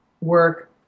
work